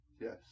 Yes